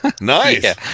Nice